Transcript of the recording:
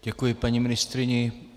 Děkuji paní ministryni.